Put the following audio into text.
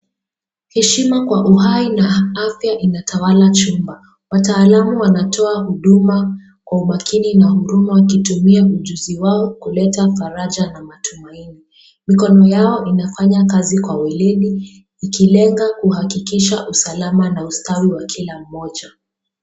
Heshima kwa uhai na afya inatawala chumba. Wataalamu wanatoa huduma kwa umakini na huduma kutumia ujuzi wao kuleta faraja na matumaini. Mikono yao inafanya kazi kwa weledi ikilenga kuhakikisha usalama na ustawi wa kila mmoja.